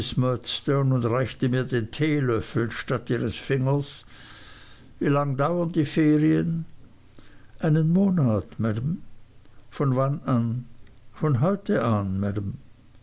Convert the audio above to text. und reichte mir den teelöffel statt ihres fingers wie lang dauern die ferien einen monat maam von wann an von heute an